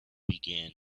began